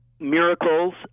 Miracles